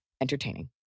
entertaining